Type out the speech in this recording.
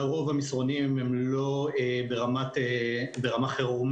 לרוב המסרונים הם לא ברמת חירום,